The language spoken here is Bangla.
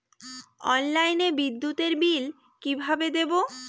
অনলাইনে বিদ্যুতের বিল কিভাবে দেব?